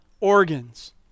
organs